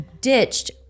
ditched